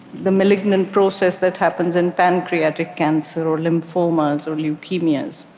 the malignant process that happens in pancreatic cancer, or lymphomas or leukemias.